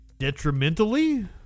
Detrimentally